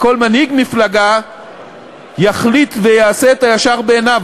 כל מנהיג מפלגה יחליט ויעשה את הישר בעיניו,